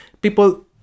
people